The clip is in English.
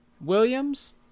Williams